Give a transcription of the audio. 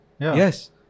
yes